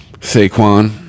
Saquon